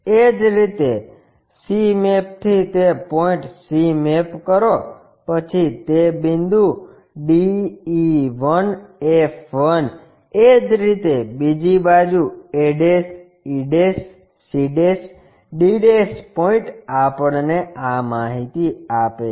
એ જ રીતે c મેપથી તે પોઇન્ટ c મેપ કરો પછી તે બિંદુ d e 1 f 1 એ જ રીતે બીજી બાજુ a e c d point આપણને આ માહિતી આપે છે